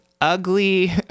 ugly